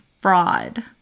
fraud